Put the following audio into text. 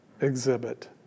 exhibit